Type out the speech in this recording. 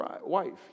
wife